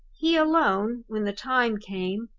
he alone, when the time came,